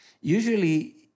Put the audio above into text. usually